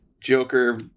Joker